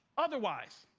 otherwise,